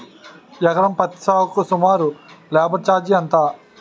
ఎకరం పత్తి సాగుకు సుమారు లేబర్ ఛార్జ్ ఎంత?